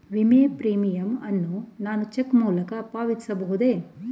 ವಿಮೆ ಪ್ರೀಮಿಯಂ ಅನ್ನು ನಾನು ಚೆಕ್ ಮೂಲಕ ಪಾವತಿಸಬಹುದೇ?